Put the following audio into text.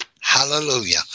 Hallelujah